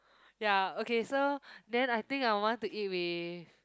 ya okay so then I think I want to eat with